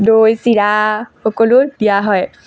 দৈ চিৰা সকলো দিয়া হয়